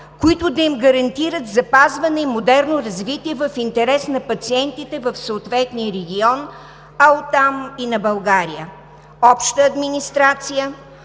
които да им гарантират запазване и модерно развитие в интерес на пациентите в съответния регион, а оттам – и на България: обща администрация,